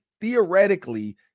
theoretically